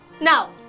now